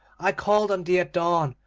i called on thee at dawn,